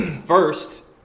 first